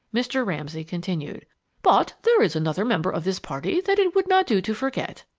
mr. ramsay continued but there is another member of this party that it would not do to forget!